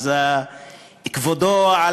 אז כבודו,